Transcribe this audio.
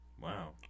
Wow